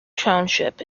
township